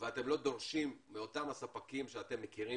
ואתם לא דורשים מאותם ספקים שאתם מכירים